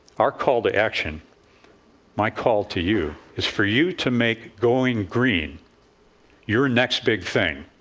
our call to action my call to you is for you to make going green your next big thing,